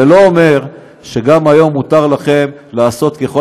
זה לא אומר שגם היום מותר לכם לעשות ככל